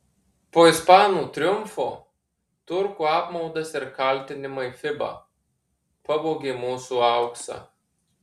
po ispanų triumfo turkų apmaudas ir kaltinimai fiba pavogė mūsų auksą